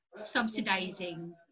subsidizing